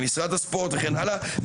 למשרד הספורט וכן הלאה,